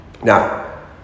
Now